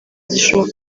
zishobora